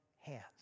hands